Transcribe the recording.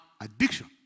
addiction